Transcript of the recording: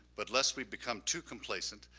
but lest we become too complacent,